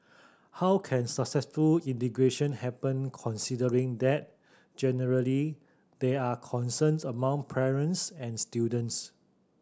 how can successful integration happen considering that generally there are concerns among parents and students